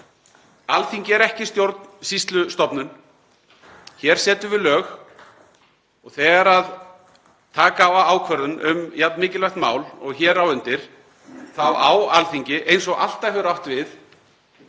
Alþingi er ekki stjórnsýslustofnun. Hér setjum við lög og þegar taka á ákvörðun um jafnmikilvægt mál og hér á undir þá á Alþingi, eins og alltaf hefur átt við,